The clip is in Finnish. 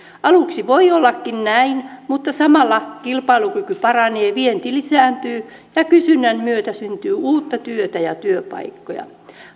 aluksi voi ollakin näin mutta samalla kilpailukyky paranee vienti lisääntyy ja kysynnän myötä syntyy uutta työtä ja työpaikkoja